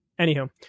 Anywho